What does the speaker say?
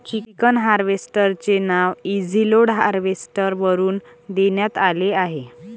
chicken harvester चे नाव EasyLoad harvester वरून देण्यात आले आहे